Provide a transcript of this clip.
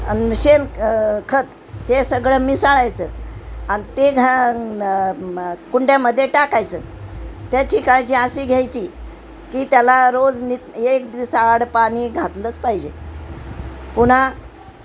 आणि शेणखत हे सगळं मिसाळायचं आणि ते घा कुंड्यामध्ये टाकायचं त्याची काळजी अशी घ्यायची की त्याला रोज न एक दिवस आड पाणी घातलंच पाहिजे पुन्हा